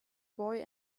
boy